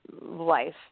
life